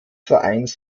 vereins